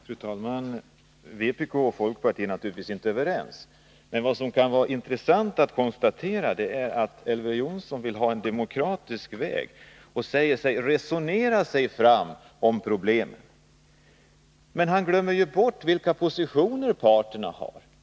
Fru talman! Vpk och folkpartiet är naturligtvis inte överens. Vad som kan vara intressant att konstatera är att Elver Jonsson vill ha en demokratisk väg och säger sig vilja resonera sig fram om problemen. Men han glömmer bort vilka positioner parterna har.